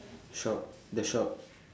shop the shop